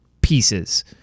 pieces